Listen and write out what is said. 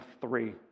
three